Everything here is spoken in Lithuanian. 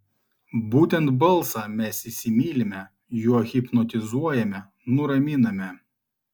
būtent balsą mes įsimylime juo hipnotizuojame nuraminame